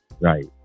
right